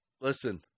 listen